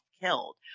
killed